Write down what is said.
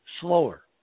slower